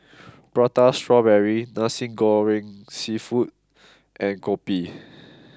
Prata Strawberry Nasi Goreng Seafood and Kopi